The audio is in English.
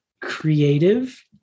creative